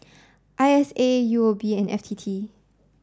I S A U O B and F T T